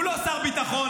הוא לא שר ביטחון,